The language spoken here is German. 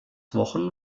wochen